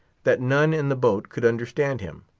that none in the boat could understand him.